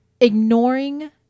ignoring